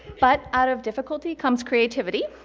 but, out of difficulty comes creativity,